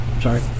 Sorry